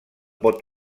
pot